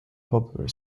popular